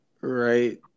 right